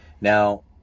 Now